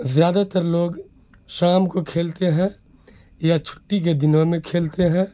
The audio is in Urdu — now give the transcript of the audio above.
زیادہ تر لوگ شام کو کھیلتے ہیں یا چھٹی کے دنوں میں کھیلتے ہیں